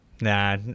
Nah